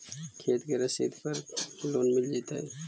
खेत के रसिद पर का लोन मिल जइतै?